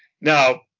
Now